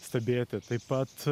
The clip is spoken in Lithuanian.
stebėti taip pat